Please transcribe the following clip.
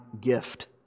gift